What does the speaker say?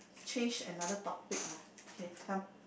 change another topic lah okay come